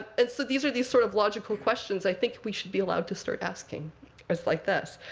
and so these are these sort of logical questions i think we should be allowed to start asking, as like this.